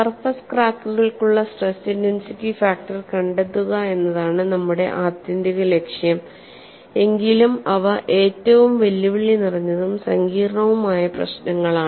surface ക്രാക്കുകൾക്കുള്ള stress intensity factor കണ്ടെത്തുക എന്നതാണ് നമ്മുടെ ആത്യന്തിക ലക്ഷ്യം എങ്കിലും അവ ഏറ്റവും വെല്ലുവിളി നിറഞ്ഞതും സങ്കീർണ്ണവുമായ പ്രശ്നങ്ങളാണ്